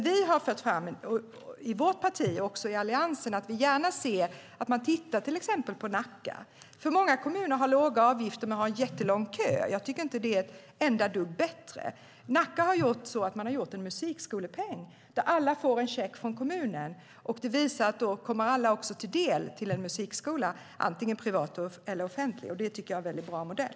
Vi har i vårt parti och i Alliansen fört fram att vi gärna vill att man ser på till exempel Nacka. Många kommuner har låga avgifter men jättelång kö. Det är inte ett dugg bättre. Nacka har infört en musikskolepeng, där alla får en check från kommunen. Då kommer den också alla till del och går till en musikskola, antingen privat eller offentlig. Det tycker jag är en bra modell.